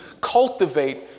cultivate